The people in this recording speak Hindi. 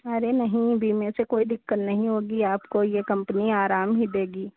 अरे नहीं बीमे से कोई दिक्कत नहीं होगी आपको ये कंपनी आराम ही देगी